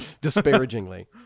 Disparagingly